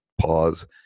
pause